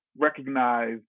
recognize